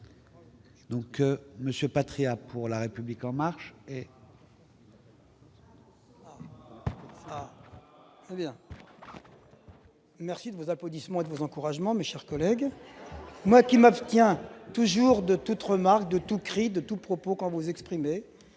pour le groupe La République En Marche. Merci de vos applaudissements et de vos encouragements, mes chers collègues ! Moi qui m'abstiens toujours de toute remarque, de tout propos et de tout cri quand vous vous exprimez,